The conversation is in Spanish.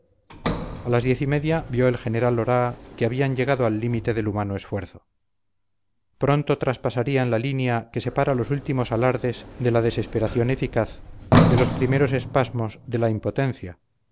a las diez y media vio el general oraa que habían llegado al límite del humano esfuerzo pronto traspasarían la línea que separa los últimos alardes de la desesperación eficaz de los primeros espasmos de la impotencia